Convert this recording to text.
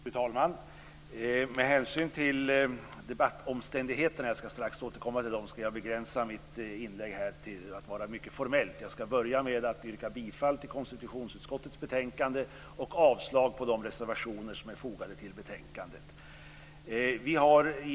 Fru talman! Med hänsyn till debattomständigheterna - jag skall strax återkomma till dem - skall jag begränsa mitt inlägg här till att vara mycket formellt. Inledningsvis yrkar jag bifall till hemställan i konstitutionsutskottets betänkande och avslag på de reservationer som är fogade till betänkandet.